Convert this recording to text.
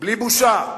בלי בושה.